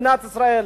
מדינת ישראל.